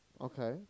Okay